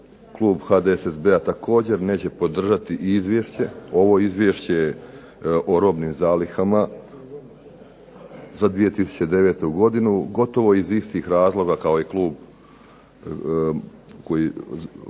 klub HDSSB-a također neće podržati izvješće ovo izvješće o robnim zalihama za 2009. godinu, gotovo iz istih razloga kao i klub